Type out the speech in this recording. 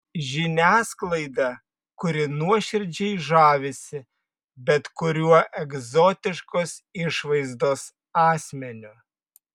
žiniasklaidą kuri nuoširdžiai žavisi bet kuriuo egzotiškos išvaizdos asmeniu